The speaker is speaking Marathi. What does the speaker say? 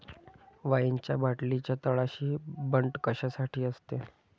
वाईनच्या बाटलीच्या तळाशी बंट कशासाठी असते?